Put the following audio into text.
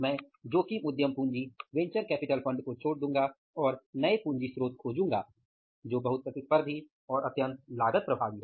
मैं जोखिम उद्दयम पूंजी वेंचर कैपिटल फंड को छोड़ दूंगा और नए पूंजी स्रोत खोजूंगा जो बहुत प्रतिस्पर्धी और अत्यंत लागत प्रभावी हो